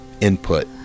input